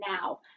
now